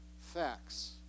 facts